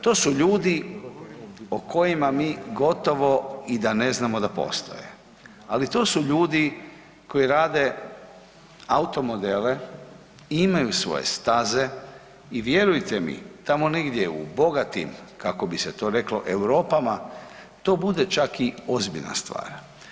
To su ljudi o kojima mi gotovo i da ne znamo da postoje, ali to su ljudi koji rade automodele i imaju svoje staze i vjerujte mi tamo negdje u bogatim, kako bi se to reklo, Europama to bude čak i ozbiljna stvar.